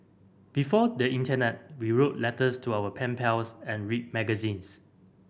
before the internet we wrote letters to our pen pals and read magazines